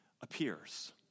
appears